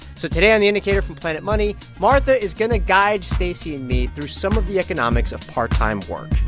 so today on the indicator from planet money, martha is going to guide stacey and me through some of the economics of part-time work.